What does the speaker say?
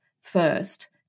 first